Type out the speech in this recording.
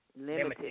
limited